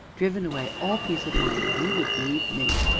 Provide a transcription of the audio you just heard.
driven away all peace of mind you would leave me!